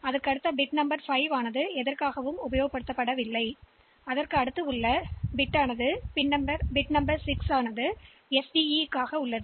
5 bit bit 5 உபயோகப்படுத்தப் படவில்லை bit எண் 6 வரிசை வெளியீட்டு டேட்டா முடக்குவதற்கும் இயக்குவதற்கும் ஆகும்